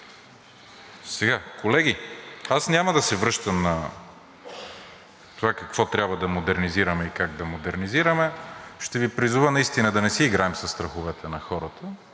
Колеги, аз няма да се връщам на това какво трябва да модернизираме и как да модернизираме. Ще Ви призова наистина да не си играем със страховете на хората.